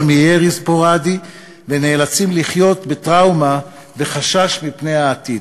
מירי ספורדי ונאלצים לחיות בטראומה וחשש מפני העתיד.